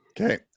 Okay